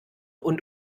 und